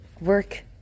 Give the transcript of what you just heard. work